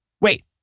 Wait